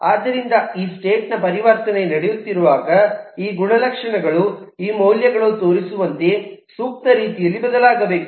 ಆದ್ದರಿಂದ ಈ ಸ್ಟೇಟ್ ನ ಪರಿವರ್ತನೆ ನಡೆಯುತ್ತಿರುವಾಗ ಈ ಗುಣಲಕ್ಷಣಗಳ ಈ ಮೌಲ್ಯಗಳು ತೋರಿಸಿರುವಂತೆ ಸೂಕ್ತ ರೀತಿಯಲ್ಲಿ ಬದಲಾಗಬೇಕು